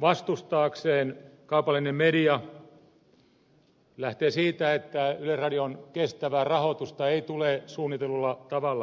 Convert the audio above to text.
vastustaakseen kaupallinen media lähtee siitä että yleisradion kestävää rahoitusta ei tule suunnitellulla tavalla toteuttaa